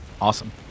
Awesome